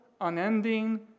unending